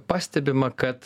pastebima kad